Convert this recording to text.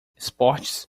esportes